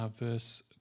verse